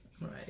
Right